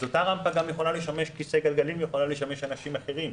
אז אותה רמפה יכולה גם לשמש כיסא גלגלים ולשמש אנשים אחרים.